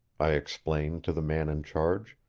i explained to the man in charge.